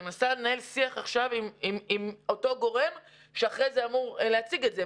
אני מנסה לנהל שיח עכשיו עם אותו גורם שאחרי זה אמור להציג את זה.